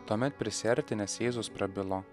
tuomet prisiartinęs jėzus prabilo